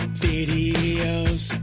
videos